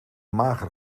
mager